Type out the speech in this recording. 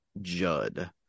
Judd